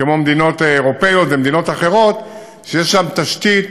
כמו מדינות אירופיות ומדינות אחרות שיש בהן תשתית